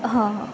હ હ